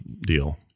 deal